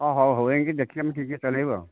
ହଁ ହଉ ହଉ ଏଣିକି ଦେଖିକି ମୁଁ ଠିକ୍ ରେ ଚଲାଇବୁ ଆଉ